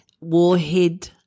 warhead